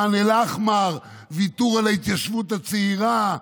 ח'אן אל-אחמר, ויתור על ההתיישבות הצעירה,